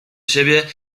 siebie